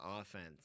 offense